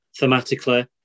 thematically